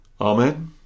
Amen